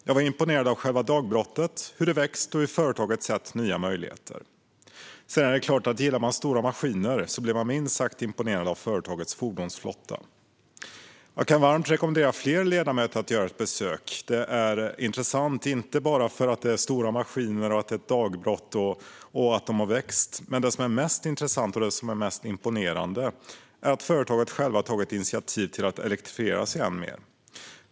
Jag blev imponerad av själva dagbrottet, av hur det har vuxit och av hur företaget har sett nya möjligheter. Om man dessutom gillar stora maskiner blir man också minst sagt imponerad av företagets fordonsflotta. Jag kan varmt rekommendera fler ledamöter att göra ett besök. Det är intressant, inte bara för att de har stora maskiner, för att det är ett dagbrott och för att de har vuxit. Det som är mest intressant och mest imponerande är att företaget har tagit ett eget initiativ till att elektrifiera än mer.